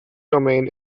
domain